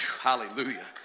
hallelujah